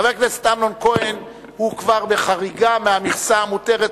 חבר הכנסת אמנון כהן הוא כבר בחריגה מהמכסה המותרת,